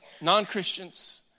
non-Christians